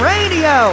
Radio